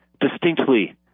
distinctly